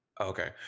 Okay